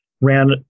ran